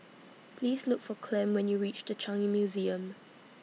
Please Look For Clem when YOU REACH The Changi Museum